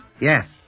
Yes